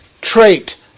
trait